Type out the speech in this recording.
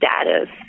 status